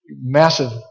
massive